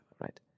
Right